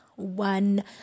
One